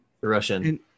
Russian